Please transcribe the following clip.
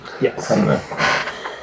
Yes